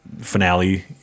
finale